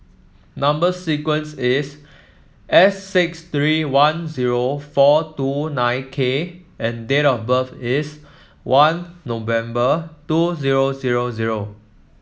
number sequence is S six three one zero four two nine K and date of birth is one November two zero zero zero